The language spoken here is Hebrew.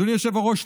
אדוני היושב-ראש,